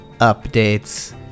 updates